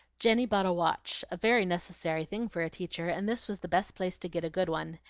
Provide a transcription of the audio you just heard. jenny bought a watch, a very necessary thing for a teacher, and this was the best place to get a good one.